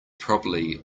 probably